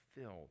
filled